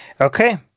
Okay